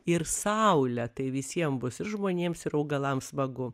ir saulę tai visiem bus ir žmonėms ir augalams smagu